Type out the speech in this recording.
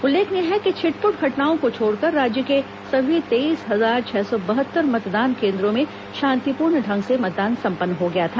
उल्लेखनीय है कि छिटपुट घटनाओं को छोड़कर राज्य के सभी तेईस हजार छह सौ बहत्तर मतदान केन्द्रों में शांतिपूर्ण ढंग से मतदान सम्पन्न हो गया था